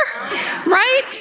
Right